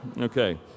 okay